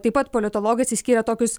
taip pat politologas išskyrė tokius